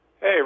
Hey